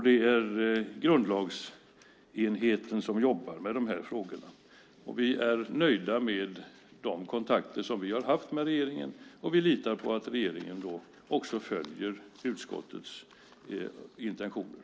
Det är grundlagsenheten som jobbar med dessa frågor. Vi är nöjda med de kontakter som vi har haft med regeringen. Vi litar på att regeringen följer utskottets intentioner.